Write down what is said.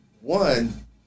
one